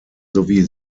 sowie